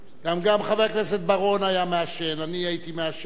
גם חבר הכנסת בר-און היה מעשן, אני הייתי מעשן.